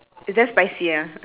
is damn spicy ah